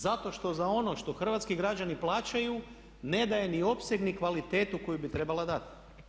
Zato što za ono što hrvatski građani plaćaju ne daje ni opseg ni kvalitetu koju bi trebala dati.